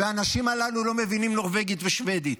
והאנשים הללו לא מבינים נורבגית ושבדית.